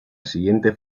siguiente